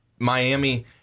Miami